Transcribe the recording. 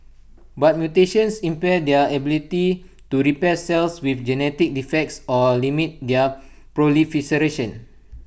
but mutations impair their ability to repair cells with genetic defects or limit their proliferation